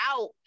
out